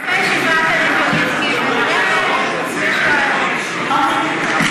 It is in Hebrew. נעשה ישיבה ונראה, אוקיי.